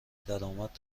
درآمد